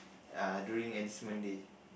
err during enlistment day